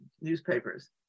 newspapers